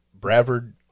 Bravard